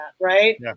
right